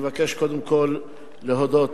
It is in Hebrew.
קודם כול אני מבקש להודות